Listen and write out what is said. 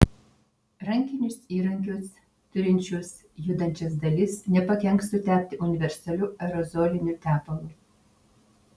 rankinius įrankius turinčius judančias dalis nepakenks sutepti universaliu aerozoliniu tepalu